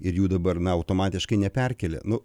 ir jų dabar na automatiškai neperkėlė nu